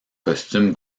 costume